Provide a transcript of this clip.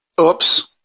oops